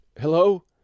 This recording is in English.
Hello